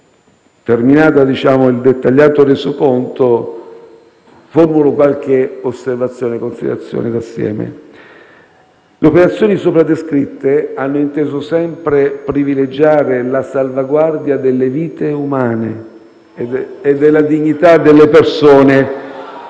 terminato il dettagliato resoconto, formulo qualche osservazione e considerazione insieme. Le operazioni sopra descritte hanno inteso sempre privilegiare la salvaguardia delle vite umane e della dignità delle persone…